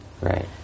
Right